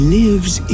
lives